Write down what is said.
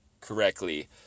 correctly